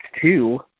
two